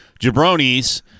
jabronis